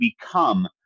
become